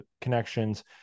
connections